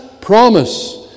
promise